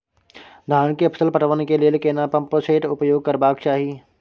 धान के फसल पटवन के लेल केना पंप सेट उपयोग करबाक चाही?